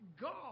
God